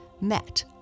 met